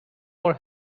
for